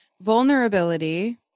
vulnerability